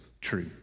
true